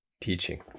teaching